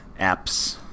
apps